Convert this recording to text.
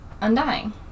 Undying